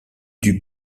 dût